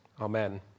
Amen